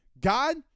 God